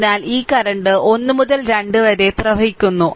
അതിനാൽ ഈ കറന്റ് 1 മുതൽ 2 വരെ പ്രവഹിക്കുന്നു